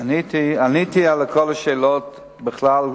עניתי על כל השאלות בכלל.